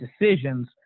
decisions